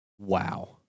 Wow